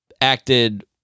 acted